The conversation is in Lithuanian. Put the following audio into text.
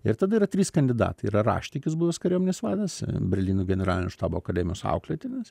ir tada yra trys kandidatai yra raštikis buvęs kariuomenės vadas berlyno generalinio štabo akademijos auklėtinis